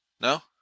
No